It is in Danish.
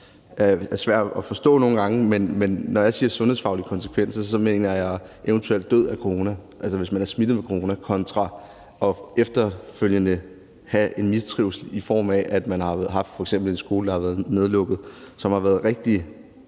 jeg er svær at forstå nogle gange, men når jeg siger sundhedsfaglige konsekvenser, mener jeg, at man eventuelt er død af corona, altså at man er smittet med corona, kontra at man har en mistrivsel efterfølgende, i form af at man f.eks. har haft en skole, der har været nedlukket, som har været noget